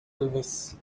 elvis